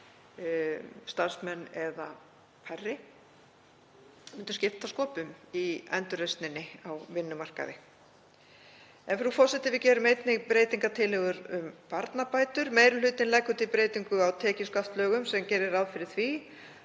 starfsmenn eða færri, myndi skipta sköpum í endurreisninni á vinnumarkaði. Frú forseti. Við gerum einnig breytingartillögur um barnabætur. Meiri hlutinn leggur til breytingu á tekjuskattslögum sem gerir ráð fyrir því